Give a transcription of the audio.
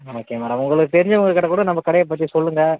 okay madam உங்களுக்கு தெரிஞ்சவங்க கிட்ட கூட நம்ம கடையை பற்றி சொல்லுங்கள்